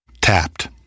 Tapped